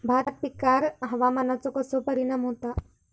भात पिकांर हवामानाचो कसो परिणाम होता?